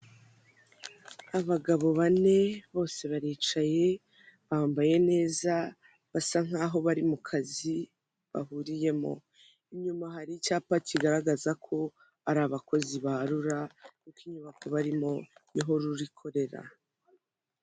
Abagabo bane bose baricaye bambaye neza basa nkaho bari mu kazi bahuriyemo, inyuma hari icyapa kigaragaza ko ari abakozi ba rura kuko inyubako barimo niho rura ikorera.